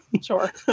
sure